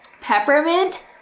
Peppermint